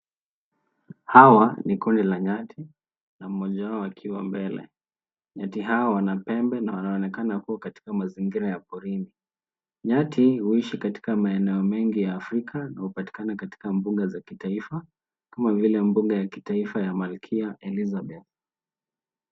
Hawa ni kundi la nyati na mmoja wao akiwa mbele. Nyati hawa wana pembe na wanaonekana kuwa katika mazingira ya porini. Nyati huishi katika maeneo mengi ya afrika na hupatikana katika mbuga za kitaifa kama vile mbuga ya kitaifa ya Malkia Elizabeth.